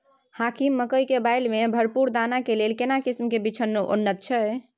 हाकीम मकई के बाली में भरपूर दाना के लेल केना किस्म के बिछन उन्नत छैय?